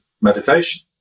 meditation